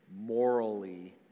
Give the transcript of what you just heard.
morally